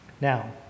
now